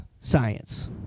science